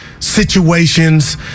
Situations